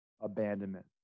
abandonment